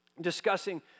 discussing